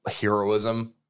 heroism